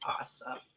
awesome